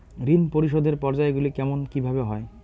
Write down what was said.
ঋণ পরিশোধের পর্যায়গুলি কেমন কিভাবে হয়?